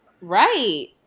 Right